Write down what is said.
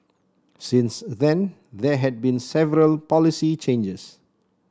since then there had been several policy changes